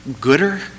gooder